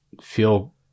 feel